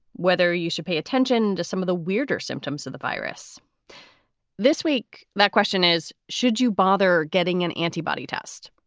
whether you should pay attention to some of the weirder symptoms of the virus this week? my question is, should you bother getting an antibody test?